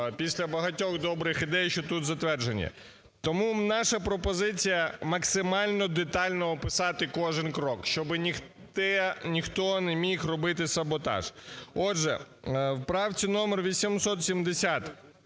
після багатьох добрих ідей, що тут затверджені. Тому наша пропозиція – максимально детально описати кожен крок, щоб ніхто не міг робити саботаж. Отже, в правці номер 870